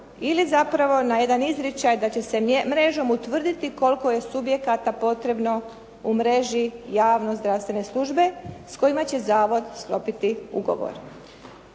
ili zapravo na jedan izričaj da će se mrežom utvrditi koliko je subjekata potrebno u mreži javne zdravstvene službe s kojima će zavod sklopiti ugovor.